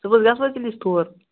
صُبحس گژھوٕ تِیَلہِ اَسۍ تور